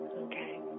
Okay